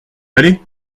aller